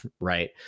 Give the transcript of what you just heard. right